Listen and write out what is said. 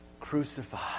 crucified